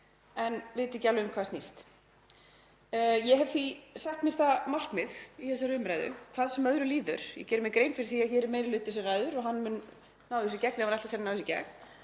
en viti ekki alveg um hvað það snýst. Ég hef því sett mér það markmið í þessari umræðu, hvað sem öðru líður — ég geri mér grein fyrir því að hér er meiri hluti sem ræður og hann mun ná þessu í gegn ef hann ætlar sér að ná þessu í gegn,